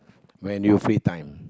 when you free time